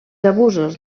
abusos